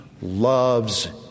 loves